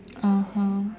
(uh huh)